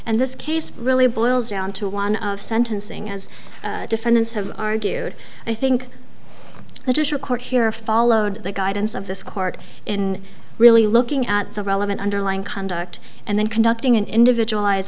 and this case really boils down to one of sentencing as defendants have argued i think official court here followed the guidance of this court in really looking at the relevant underlying conduct and then conducting an individualized